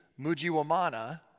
Mujiwamana